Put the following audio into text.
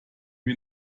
wir